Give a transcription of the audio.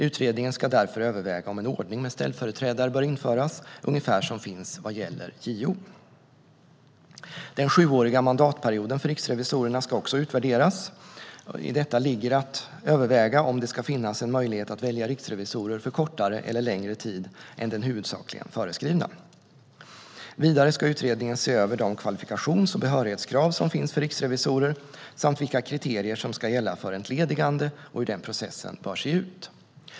Utredningen ska därför överväga om en ordning med ställföreträdare bör införas, ungefär som det finns vad gäller JO. Den sjuåriga mandatperioden för riksrevisorerna ska också utvärderas. I detta ligger att överväga om det ska finnas en möjlighet att välja riksrevisorer för kortare eller längre tid än den huvudsakligen föreskrivna. Vidare ska utredningen se över de kvalifikations och behörighetskrav som finns för riksrevisorer samt vilka kriterier som ska gälla för entledigande och hur den processen bör se ut.